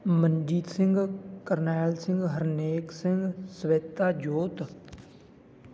Manjeet Singh Karnail Singh Harnek Singh Sweta Jot